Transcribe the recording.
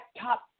top